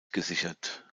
gesichert